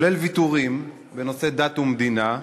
כולל ויתורים בנושא דת ומדינה,